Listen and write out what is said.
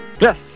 Yes